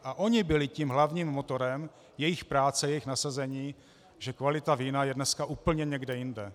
A oni byli tím hlavním motorem, jejich práce, jejich nasazení, že kvalita vína je dneska úplně někde jinde.